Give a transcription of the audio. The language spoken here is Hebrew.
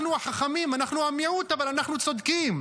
אנחנו החכמים, אנחנו המיעוט אבל אנחנו צודקים.